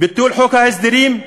ביטול חוק ההסדרים,